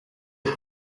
ati